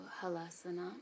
halasana